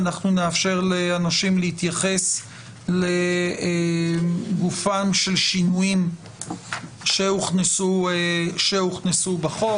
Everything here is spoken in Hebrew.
אנחנו נאפשר לאנשים להתייחס לגופם של שינויים שהוכנסו בחוק.